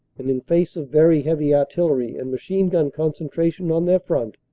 and in face of very heavy artillery and machine-gun concentration on their front,